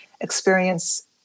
experience